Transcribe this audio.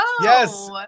Yes